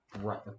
Right